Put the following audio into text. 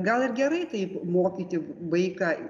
gal ir gerai taip mokyti vaiką